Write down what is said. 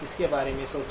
इसके बारे में सोचो